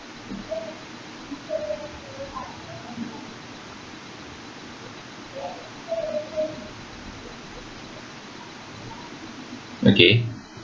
okay